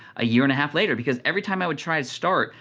a year and a half later because every time i would try and start,